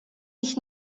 ich